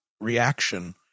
reaction